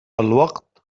الوقت